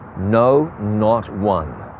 no, not one.